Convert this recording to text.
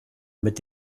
mit